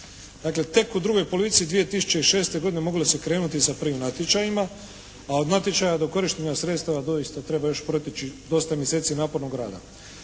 Dakle, tek u drugoj polovici 2006. godine moglo se krenuti sa prvim natječajima. A od natječaja do korištenja sredstava doista treba još proteći dosta mjeseci napornog rada.